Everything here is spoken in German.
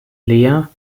leer